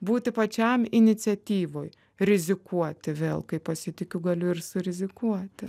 būti pačiam iniciatyvoj rizikuoti vėl kai pasitikiu galiu ir surizikuoti